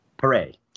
hooray